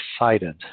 excited